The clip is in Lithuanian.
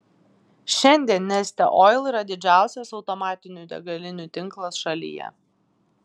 šiandien neste oil yra didžiausias automatinių degalinių tinklas šalyje